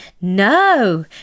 no